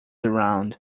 around